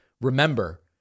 Remember